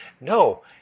No